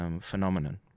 phenomenon